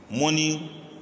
Money